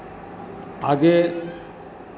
आगे